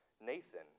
Nathan